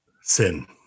Sin